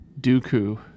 Dooku